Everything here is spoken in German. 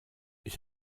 ich